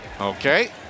Okay